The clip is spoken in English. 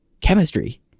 Chemistry